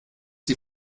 die